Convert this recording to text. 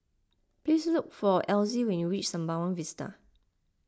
please look for Elzy when you reach Sembawang Vista